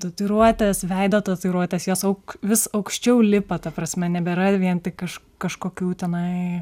tatuiruotes veido tatuiruotes jos auk vis aukščiau lipa ta prasme nebėra vien tik kaž kažkokių tenai